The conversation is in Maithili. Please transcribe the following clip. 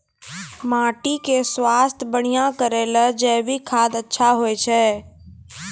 माटी के स्वास्थ्य बढ़िया करै ले जैविक खाद अच्छा होय छै?